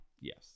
Yes